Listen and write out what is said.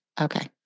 Okay